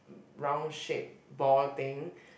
brown shape ball thing